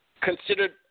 considered